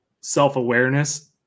self-awareness